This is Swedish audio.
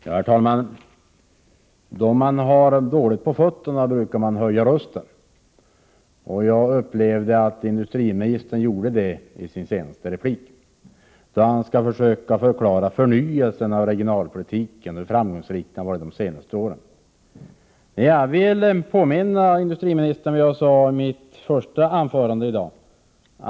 Herr talman! När argumentationen är svag höjer man rösten. Jag upplevde att detta stämde på industriministern i hans senaste replik, då han skulle försöka förklara förnyelsen av regionalpolitiken och hur framgångsrik den har varit de senaste åren. Jag vill erinra industriministern om vad jag sade i mitt första anförande i dag.